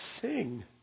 sing